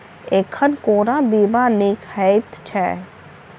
एखन कोना बीमा नीक हएत छै?